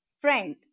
friend